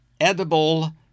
edible